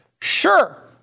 Sure